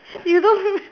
you don't